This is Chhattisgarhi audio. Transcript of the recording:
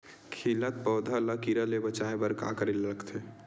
खिलत पौधा ल कीरा से बचाय बर का करेला लगथे?